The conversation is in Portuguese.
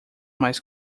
mais